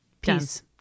Peace